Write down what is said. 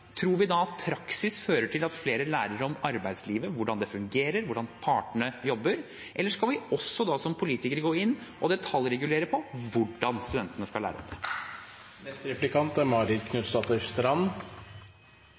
Tror vi da at praksis fører til at flere lærer om arbeidslivet, hvordan det fungerer, hvordan partene jobber, eller skal vi politikere gå inn og detaljregulere hvordan studentene skal lære? Senterpartiet har vært overrasket over at betydningen av godt utbygd desentralisert struktur ikke er